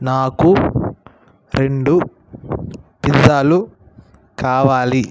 నాకు రెండు పిజ్జాలు కావాలి